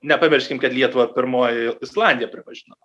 nepamirškim kad lietuvą pirmoji islandija pripažino